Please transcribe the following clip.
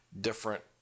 different